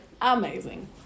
amazing